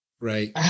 Right